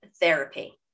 therapy